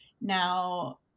Now